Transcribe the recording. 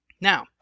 Now